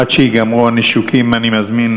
עד שייגמרו הנישוקים, אני מזמין